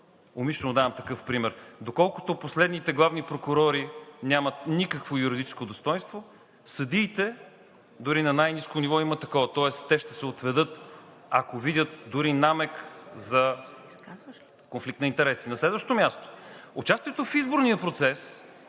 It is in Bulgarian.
умишлено давам такъв пример, доколкото последните главни прокурори нямат никакво юридическо достойнство, съдиите дори на най-ниско ниво имат такова, тоест те ще се отведат, ако видят дори намек за конфликт на интереси. На следващо място, участието в изборния процес